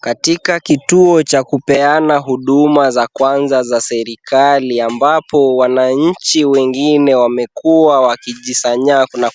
Katika kituo cha kupeana huduma za kwanza za serikali, ambapo wananchi wengine wamekuwa wakijisanya na